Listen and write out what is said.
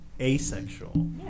Asexual